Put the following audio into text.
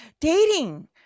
Dating